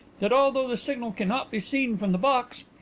that although the signal cannot be seen from the box,